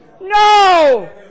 No